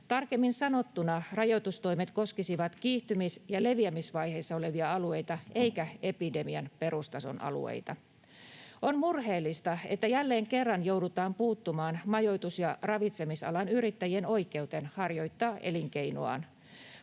Tarkemmin sanottuna rajoitustoimet koskisivat kiihtymis- ja leviämisvaiheessa olevia alueita eivätkä epidemian perustason alueita. On murheellista, että jälleen kerran joudutaan puuttumaan majoitus- ja ravitsemisalan yrittäjien oikeuteen harjoittaa elinkeinoaan.